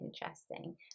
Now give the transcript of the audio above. interesting